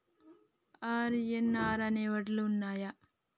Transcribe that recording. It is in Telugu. ఆర్.ఎన్.ఆర్ అనే వడ్లు ఉన్నయా?